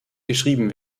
geschrieben